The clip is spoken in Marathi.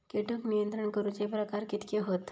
कीटक नियंत्रण करूचे प्रकार कितके हत?